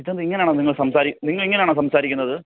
ഇപ്പം ഇങ്ങനാണോ നിങ്ങൾ സംസാരിക്കുന്നത് നിങ്ങളിങ്ങനാണോ സംസാരിക്കുന്നത്